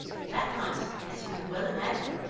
that night, as you can well imagine,